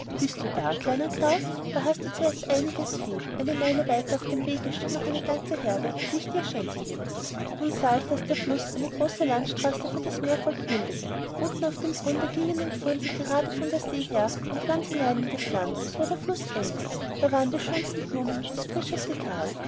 bist du da kleiner klaus da hast du zuerst einiges vieh eine meile weiter auf dem wege steht noch eine ganze herde die ich dir schenken will nun sah ich daß der fluß eine große landstraße für das meervolk bildete unten auf dem grunde gingen und fuhren sie gerade von der see her und ganz hinein in das land bis wo der fluß endet da waren die schönsten blumen und das frischeste gras